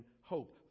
hope